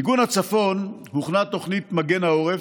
מיגון הצפון: הוכנה תוכנית מגן העורף,